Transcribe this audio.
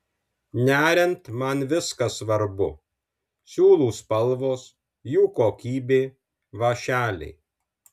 neriant man viskas svarbu siūlų spalvos jų kokybė vąšeliai